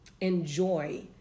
enjoy